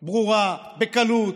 ברורה, בקלות,